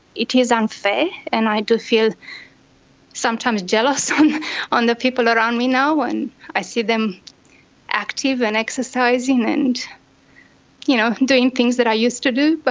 it is unfair and i do feel sometimes jealous um of the people around me now when i see them active and exercising and you know doing things that i used to do. but